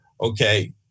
okay